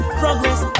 progress